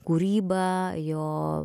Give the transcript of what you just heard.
kūrybą jo